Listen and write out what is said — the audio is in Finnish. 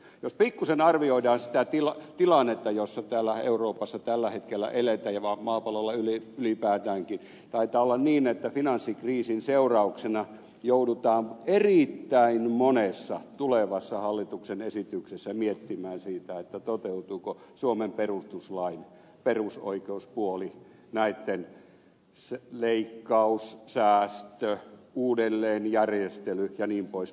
jos pikkusen arvioidaan sitä tilannetta jossa täällä euroopassa tällä hetkellä eletään ja maapallolla ylipäätäänkin taitaa olla niin että finanssikriisin seurauksena joudutaan erittäin monessa tulevassa hallituksen esityksessä miettimään sitä toteutuuko suomen perustuslain perusoikeuspuoli näitten leikkaus säästö uudelleenjärjestely jnp